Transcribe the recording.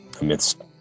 amidst